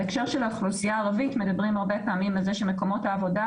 בהקשר של האוכלוסייה הערבית מדברים הרבה פעמים שמקומות העבודה,